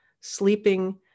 sleeping